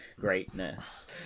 greatness